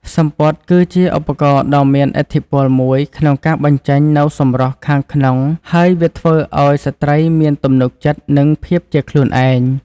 សំពត់គឺជាឧបករណ៍ដ៏មានឥទ្ធិពលមួយក្នុងការបញ្ចេញនូវសម្រស់ខាងក្នុងហើយ វាធ្វើឱ្យស្ត្រីមានទំនុកចិត្តនិងភាពជាខ្លួនឯង។